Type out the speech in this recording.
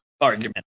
argument